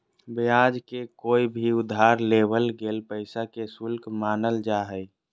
ब्याज के कोय भी उधार लेवल गेल पैसा के शुल्क मानल जा हय